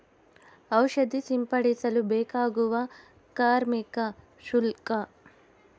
ಔಷಧಿ ಸಿಂಪಡಿಸಲು ಬೇಕಾಗುವ ಕಾರ್ಮಿಕ ಶುಲ್ಕ?